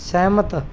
ਸਹਿਮਤ